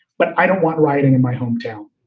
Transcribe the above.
but i don't want rioting in my hometown.